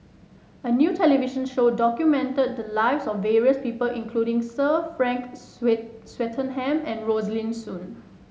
a new television show documented the lives of various people including Sir Frank Swettenham and Rosaline Soon